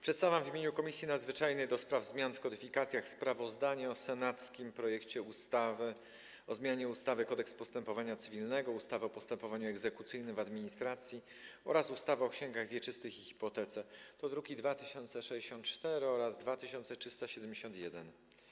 Przedstawiam w imieniu Komisji Nadzwyczajnej do spraw zmian w kodyfikacjach sprawozdanie o senackim projekcie ustawy o zmianie ustawy Kodeks postępowania cywilnego, ustawy o postępowaniu egzekucyjnym w administracji oraz ustawy o księgach wieczystych i hipotece, druki nr 2064 oraz 2371.